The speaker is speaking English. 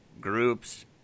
groups